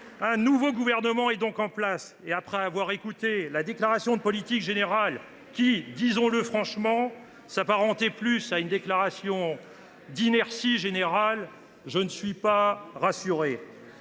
Un nouveau gouvernement est donc en place. Après avoir écouté la déclaration de politique générale qui, disons le franchement, s’apparentait plus à une déclaration d’inertie générale, je ne suis toujours pas rassuré.